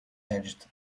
edged